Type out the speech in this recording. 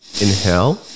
inhale